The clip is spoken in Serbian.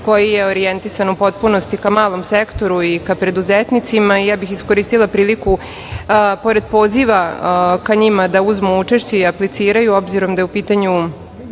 koji je orijentisan u potpunosti ka malom sektoru i ka preduzetnicima. Iskoristila bih priliku, pored poziva ka njima da uzmu učešće i apliciraju, obzirom da je u pitanju